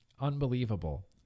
Unbelievable